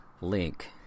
link